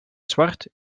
zwart